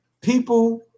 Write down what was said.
people